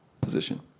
position